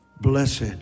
Blessed